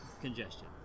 congestion